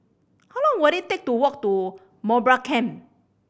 how long will it take to walk to Mowbray Camp